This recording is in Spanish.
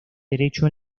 derecho